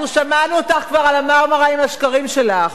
אנחנו שמענו אותך כבר על ה"מרמרה" עם השקרים שלך.